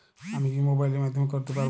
আমি কি মোবাইলের মাধ্যমে করতে পারব?